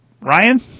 Ryan